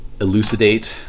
elucidate